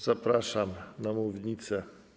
Zapraszam na mównicę.